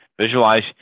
Visualize